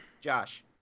josh